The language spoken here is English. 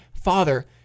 Father